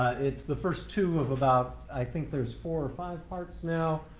it's the first two of about i think there's four or five parts now.